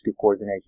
Coordination